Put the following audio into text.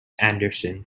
anderson